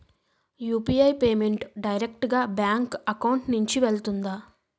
UPI payment direct గా bank account నుంచి వెళ్తుందా?